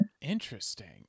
interesting